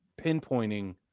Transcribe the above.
pinpointing